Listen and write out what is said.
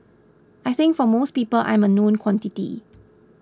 I think for most people I'm a known quantity